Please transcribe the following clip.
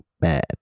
bad